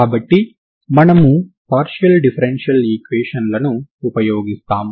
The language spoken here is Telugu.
కాబట్టి మనము పార్షియల్ డిఫరెన్షియల్ ఈక్వేషన్ లను ఉపయోగిస్తాము